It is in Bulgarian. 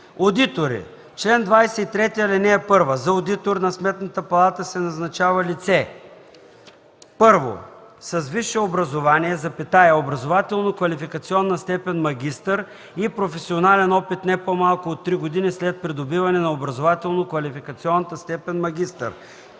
„Одитори Чл. 23. (1) За одитор на Сметната палата се назначава лице: 1. с висше образование, образователно-квалификационна степен „магистър” и професионален опит не по-малко от три години след придобиване на образователно-квалификационната степен „магистър”,